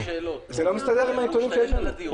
זה לא מסתדר עם הנתונים שיש לנו.